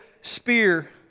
spear